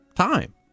time